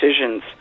decisions